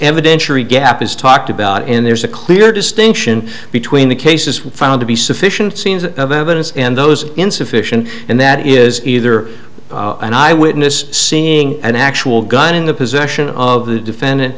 evidentiary gap is talked about and there's a clear distinction between the cases were found to be sufficient scenes of evidence and those insufficient and that is either an eyewitness seeing an actual gun in the possession of the defendant